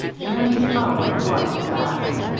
and when he saw what it was, he laughed.